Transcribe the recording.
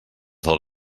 del